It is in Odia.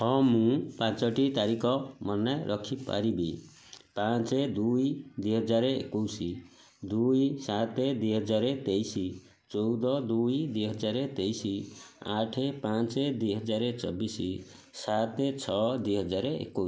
ହଁ ମୁଁ ପାଞ୍ଚଟି ତାରିଖ ମନେ ରଖିପାରିବି ପାଞ୍ଚେ ଦୁଇ ଦୁଇ ହଜାର ଏକୋଇଶି ଦୁଇ ସାତେ ଦୁଇ ହଜାର ତେଇଶି ଚଉଦ ଦୁଇ ଦୁଇ ହଜାର ତେଇଶି ଆଠେ ପାଞ୍ଚେ ଦୁଇ ହଜାର ଚବିଶି ସାତେ ଛଅ ଦୁଇ ହଜାର ଏକୋଇଶି